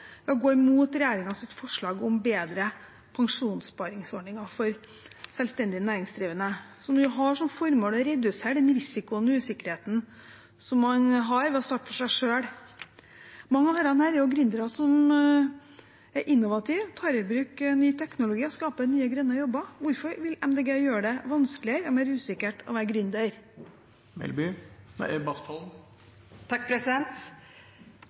forslag om bedre pensjonsspareordninger for selvstendig næringsdrivende som har som formål å redusere risikoen og usikkerheten man har ved å starte for seg selv. Mange av gründerne er innovative, tar i bruk ny teknologi og skaper nye grønne jobber. Hvorfor vil Miljøpartiet De Grønne gjøre det vanskeligere og mer usikkert å være